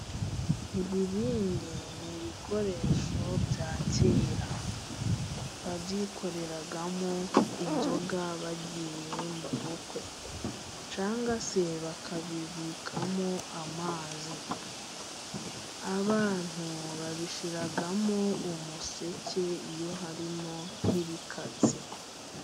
Ibibindi ni ibikoresho bya kera， babyikoreragamo inzoga， bagiye mu bubukwe cyangwa se bakabibikamo amazi. Abantu babishyiramo umuseke iyo harimo nk'ibikatsi.